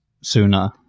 sooner